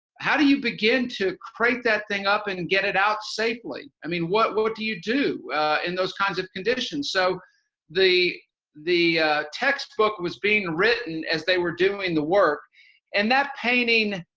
how do you began to crate that thing up and and get it out safely? i mean what do you do in those kinds of conditions? so the the text book was being written as they were doing the work and that painting,